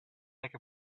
like